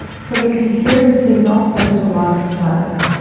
so you can hear the signal but there's a lot of static.